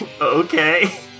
Okay